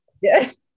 Yes